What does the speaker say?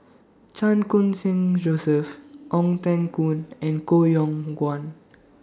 Chan Khun Sing Joseph Ong Teng Koon and Koh Yong Guan